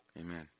amen